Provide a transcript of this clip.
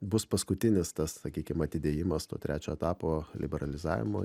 bus paskutinis tas sakykim atidėjimas to trečio etapo liberalizavimo